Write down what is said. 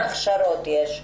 איזה עוד הכשרות יש?